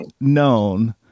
known